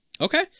Okay